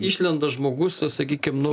išlenda žmogus sa sakykim nu